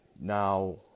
Now